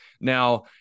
now